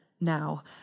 now